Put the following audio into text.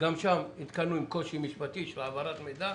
גם שם, נתקלנו עם קושי משפטי של העברת מידע,